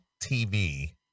TV